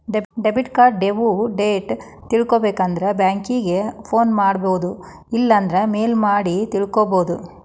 debit card due date ತಿಳ್ಕೊಬೇಕಂದ್ರ banking phone ಮಾಡೊಬೋದು ಇಲ್ಲಾಂದ್ರ ಮೇಲ್ ಮಾಡಿ ತಿಳ್ಕೋಬೋದು